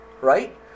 right